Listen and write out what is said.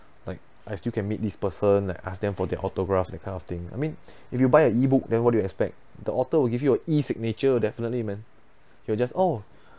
like I still can meet this person like ask them for their autographs that kind of thing I mean if you buy a E_book then what do you expect the author will give you a E-signature definitely man he will just oh